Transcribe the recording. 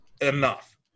Enough